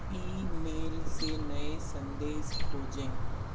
ई mail से नए संदेश खोजें